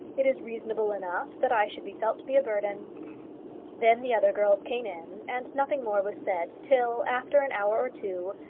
it is reasonable enough that i should be felt to be a burden then the other girls came in, and nothing more was said till, after an hour or two,